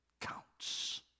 counts